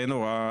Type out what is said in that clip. אין הוראה